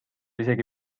isegi